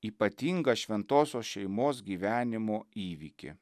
ypatingą šventosios šeimos gyvenimo įvykį